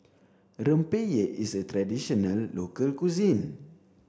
Rempeyek is a traditional local cuisine